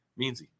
meansy